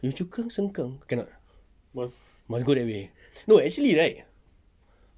yio chu kang sengkang cannot ah must go that way no actually right